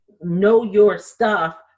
know-your-stuff